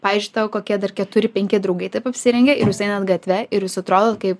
pavyzdžiui tavo kokie dar keturi penki draugai taip apsirengia ir jūs einat gatve ir jūs atrodot kaip